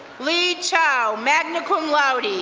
lee chao, magna cum laude,